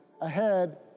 ahead